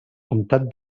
comtat